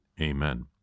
Amen